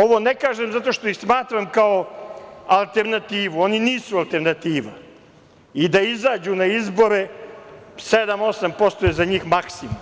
Ovo ne kažem zato što ih smatram kao alternativu, oni nisu alternativa i da izađu na izbore, 7%, 8% je za njih maksimum,